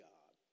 God